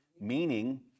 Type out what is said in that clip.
Meaning